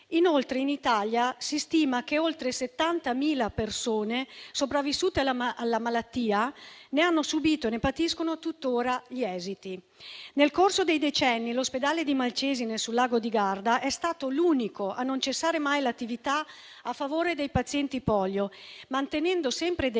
Inoltre, si stima che in Italia oltre 70.000 persone, sopravvissute alla malattia, ne patiscono tuttora gli esiti. Nel corso dei decenni, l'ospedale di Malcesine, sul lago di Garda, è stato l'unico a non cessare mai l'attività a favore dei pazienti polio, mantenendo sempre dei